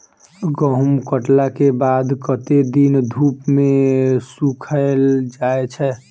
गहूम कटला केँ बाद कत्ते दिन धूप मे सूखैल जाय छै?